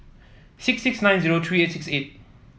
six six nine zero three eight six eight